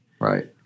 Right